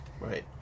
Right